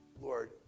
Lord